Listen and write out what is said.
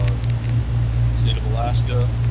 ah the state of alaska.